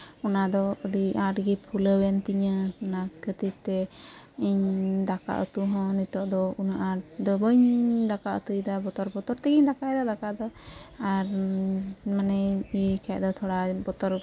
ᱚᱱᱟ ᱫᱚ ᱟᱹᱰᱤ ᱟᱴᱜᱮ ᱯᱷᱩᱞᱟᱹᱣ ᱮᱱ ᱛᱤᱧᱟ ᱚᱱᱟ ᱠᱷᱟᱹᱛᱤᱨ ᱛᱮ ᱤᱧ ᱫᱟᱠᱟ ᱩᱛᱩ ᱦᱚᱸ ᱱᱤᱛᱚᱜ ᱫᱚ ᱩᱱᱟᱹᱜ ᱟᱴ ᱫᱚ ᱵᱟᱹᱧ ᱫᱟᱠᱟ ᱩᱛᱩᱭᱫᱟ ᱵᱚᱛᱚᱨ ᱛᱮᱜᱮᱧ ᱫᱟᱠᱟᱭ ᱫᱟ ᱫᱟᱠᱟ ᱫᱚ ᱟᱨ ᱢᱟᱱᱮᱧ ᱤᱭᱟᱹᱭ ᱠᱷᱟᱡ ᱫᱚ ᱛᱷᱚᱲᱟ ᱵᱛᱚᱨᱜ